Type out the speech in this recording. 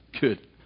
Good